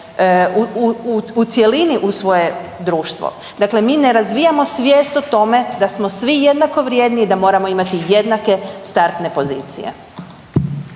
u cjelini u svoje društvo. Dakle, mi ne razvijamo svijest o tome da smo svi jednako vrijedni i da moramo imati jednake startne pozicije.